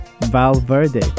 Valverde